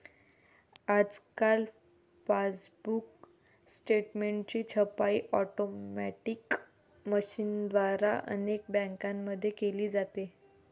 आजकाल पासबुक स्टेटमेंटची छपाई ऑटोमॅटिक मशीनद्वारे अनेक बँकांमध्ये केली जाते